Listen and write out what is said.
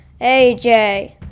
AJ